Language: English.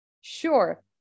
Sure